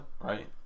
right